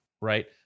Right